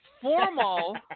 formal